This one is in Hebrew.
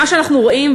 מה שאנחנו רואים,